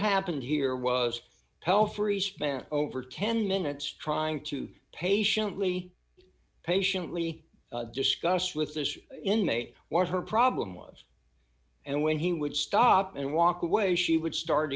happened here was pelfrey spent over ten minutes trying to patiently patiently discuss with this inmate what her problem was and when he would stop and walk away she would start